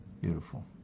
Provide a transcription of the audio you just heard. Beautiful